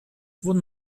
wurden